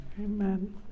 amen